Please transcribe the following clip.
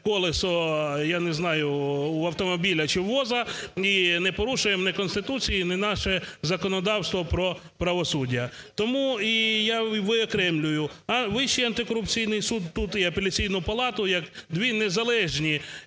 колесо, я не знаю, в автомобіля чи воза, і не порушуємо ні Конституції, ні наше законодавство про правосуддя. Тому я і виокремлюю Вищий антикорупційний суд тут і Апеляційну палату як дві незалежні